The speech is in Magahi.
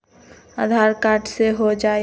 आधार कार्ड से हो जाइ?